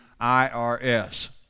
IRS